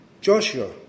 Joshua